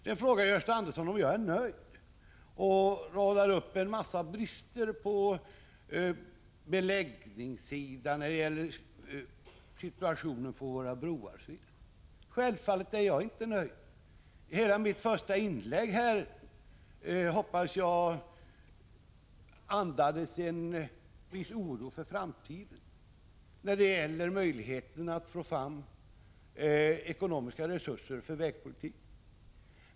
Sedan frågar Gösta Andersson om jag är nöjd. Han radar upp en massa brister på beläggningssidan, i fråga om våra broar, osv. Självfallet är jag inte nöjd. Jag hoppas att mitt första inlägg andades en viss oro för framtiden när det gäller möjligheterna att få fram ekonomiska resurser för vägpolitiken.